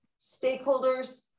stakeholders